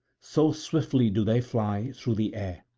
so swiftly do they fly through the air.